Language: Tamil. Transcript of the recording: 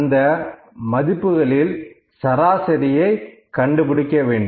அந்த மதிப்புகளில் சராசரியை கண்டுபிடிக்க வேண்டும்